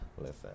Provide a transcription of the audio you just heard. listen